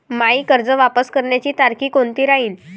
मायी कर्ज वापस करण्याची तारखी कोनती राहीन?